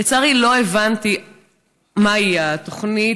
לצערי, לא הבנתי מהי התוכנית.